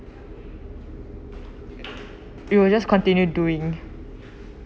it will just continue doing